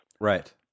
right